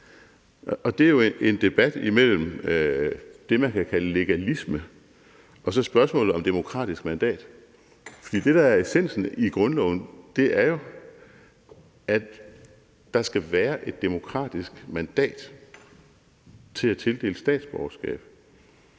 Og det er jo en debat imellem det, man kan kalde legalisme, og spørgsmålet om demokratisk mandat. For det, der er essensen i grundloven, er jo, at der skal være et demokratisk mandat til at tildele statsborgerskab.